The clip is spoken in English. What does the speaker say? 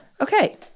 Okay